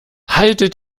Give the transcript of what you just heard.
haltet